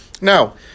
Now